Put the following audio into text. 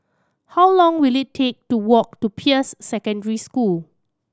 how long will it take to walk to Peirce Secondary School